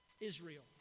Israel